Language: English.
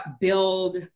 build